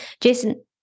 Jason